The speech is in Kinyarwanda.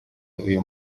uyu